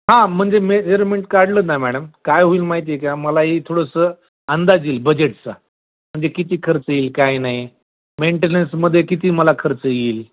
हा म्हणजे मेजरमेंट काढलं ना मॅडम काय होईल माहिती आहे का मला ही थोडंसं अंदाज येईल बजेटचा म्हणजे किती खर्च येईल काय नाही मेंटेनन्समध्ये किती मला खर्च येईल